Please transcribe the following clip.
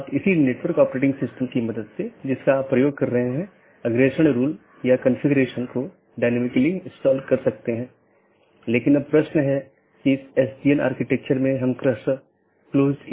अब ऑटॉनमस सिस्टमों के बीच के लिए हमारे पास EBGP नामक प्रोटोकॉल है या ऑटॉनमस सिस्टमों के अन्दर के लिए हमारे पास IBGP प्रोटोकॉल है अब हम कुछ घटकों को देखें